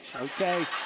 okay